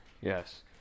Yes